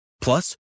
Plus